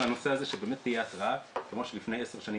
הנושא שבאמת תהיה התראה כמו שלפני 10 שנים,